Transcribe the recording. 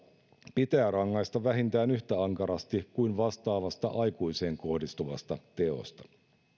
pitää rangaista vähintään yhtä ankarasti kuin vastaavasta aikuiseen kohdistuvasta teosta